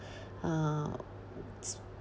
uh